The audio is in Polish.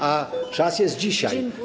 A czas jest dzisiaj.